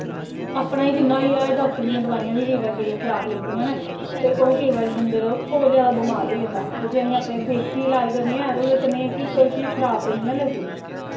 अपना ई जि'न्ना होई जाये डॉक्टरें दि'यां बी दवाइयां बी केईं बारी खराब लगदियां न ते ओह् केईं बारी डंगर होर जादा बमार होई जंदा ऐ ते जे अस अपना देसी लाज करने आं ते ओह्दे कन्नै कि कोई चीज खराब ते नेईं ना लगदी